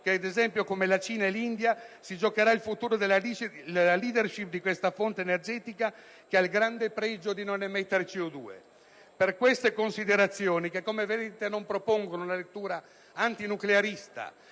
in Paesi come la Cina e l'India, nei quali si giocherà in futuro la *leadership* di questa fonte energetica, che ha il grande pregio di non emettere CO2. Per queste considerazioni, che, come vedete, non propongono una lettura antinuclearista,